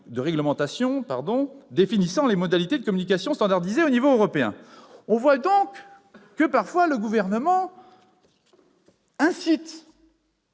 de réglementation définissant les modalités de communication standardisée au niveau européen. On voit donc que le Gouvernement incite